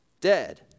dead